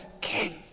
king